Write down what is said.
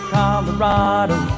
Colorado